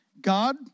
God